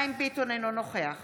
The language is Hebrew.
אינו נוכח